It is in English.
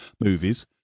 movies